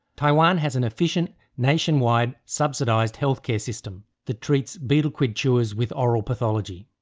taiwan has an efficient nationwide subsidised healthcare system that treats betel quid chewers with oral pathology.